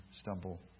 stumble